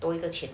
多余的钱